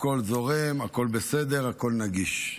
הכול זורם, הכול בסדר, הכול נגיש.